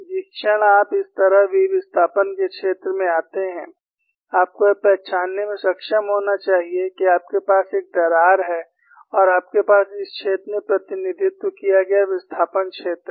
जिस क्षण आप इस तरह v विस्थापन के क्षेत्र में आते हैं आपको यह पहचानने में सक्षम होना चाहिए कि आपके पास एक दरार है और आपके पास इस क्षेत्र में प्रतिनिधित्व किया गया विस्थापन क्षेत्र है